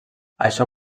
això